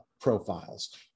profiles